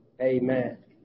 Amen